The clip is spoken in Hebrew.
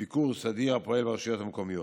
ביקור סדיר הפועל ברשויות המקומיות.